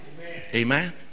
Amen